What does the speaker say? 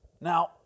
Now